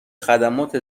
خدمات